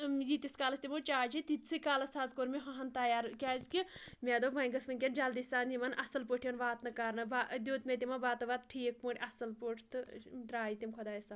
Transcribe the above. ییٖتِس کالَس تِمو چاے چےٚ تیٖتسٕے کالَس حظ کوٚر مےٚ ہُہ ہن تیار کیازکہِ مےٚ دوٚپ وۄنۍ گٔژھ وٕنکؠن جلدی سان یِمَن اَصٕل پٲٹھۍ واتنہٕ کرنہٕ دیُت مےٚ تِمن بَتہٕ وَتہٕ ٹھیٖک پٲٹھۍ اَصٕل پٲٹھۍ تہٕ دراے تِم خۄدایَس